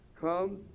Come